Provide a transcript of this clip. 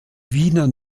wiener